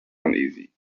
uneasy